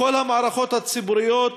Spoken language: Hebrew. כל המערכות הציבוריות,